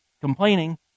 complaining